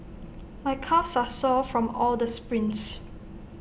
my calves are sore from all the sprints